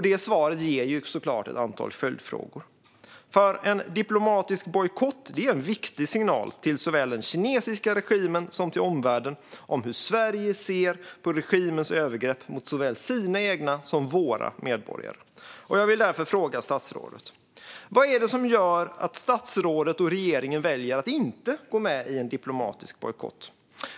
Det svaret ger såklart upphov till ett antal följdfrågor. En diplomatisk bojkott är en viktig signal till både den kinesiska regimen och omvärlden om hur Sverige ser på regimens övergrepp mot såväl sina egna som våra medborgare. Jag vill därför fråga statsrådet: Vad är det som gör att statsrådet och regeringen väljer att inte gå med i en diplomatisk bojkott?